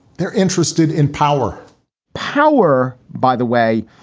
they're interested in power power, by the way,